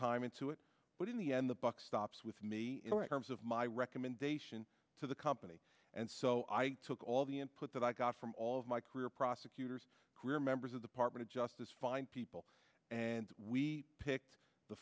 time into it but in the end the buck stops with me or it comes of my recommendation to the company and so i took all the input that i got from all of my career prosecutors career members of the party just as fine people and we picked the